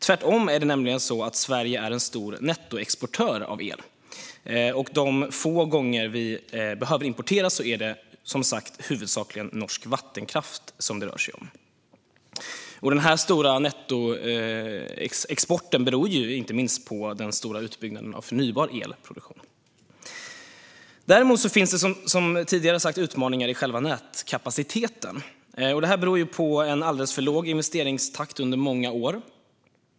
Tvärtom är det nämligen så att Sverige är en stor nettoexportör av el, och de få gånger vi behöver importera rör det sig som sagt huvudsakligen om norsk vattenkraft. Den stora nettoexporten beror inte minst på den stora utbyggnaden av förnybar elproduktion. Däremot finns det som tidigare sagts utmaningar i själva nätkapaciteten. Detta beror på en alldeles för låg investeringstakt under många år.